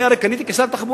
אני הרי קניתי למשטרה,